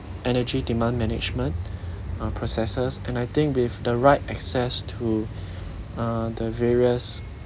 energy demand management uh processes and I think with the right access to uh the various